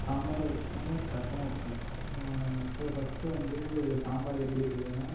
சாம்பார் வைப்பேன் ரசம் வைப்பேன் so first வந்து சாம்பார் எப்படி வைக்கிறதுனா